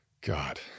God